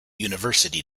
university